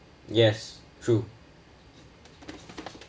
yes true